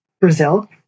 Brazil